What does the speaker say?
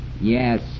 Yes